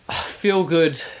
feel-good